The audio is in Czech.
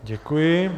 Děkuji.